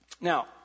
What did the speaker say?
Now